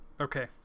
Okay